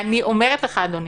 אני אומרת לך, אדוני: